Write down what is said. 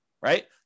right